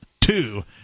two